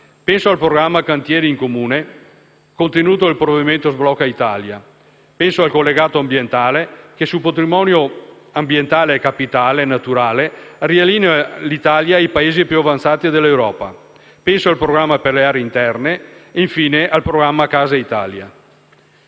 penso al programma «Cantieri in comune», contenuto nel provvedimento sblocca Italia; penso al collegato ambientale, che su patrimonio ambientale e capitale naturale riallinea l'Italia ai Paesi più avanzati d'Europa; penso al programma per le aree interne e, infine, al programma «Casa Italia».